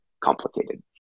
complicated